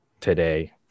today